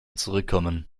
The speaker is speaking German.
zurückkommen